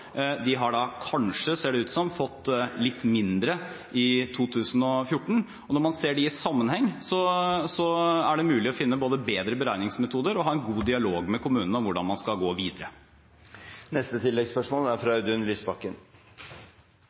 De har da kanskje – ser det ut som – fått litt mindre i 2014. Når man ser det i sammenheng, er det mulig å finne bedre beregningsmetoder og å ha en god dialog med kommunene om hvordan man skal gå